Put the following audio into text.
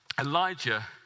Elijah